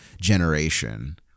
generation